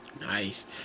nice